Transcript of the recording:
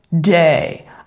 day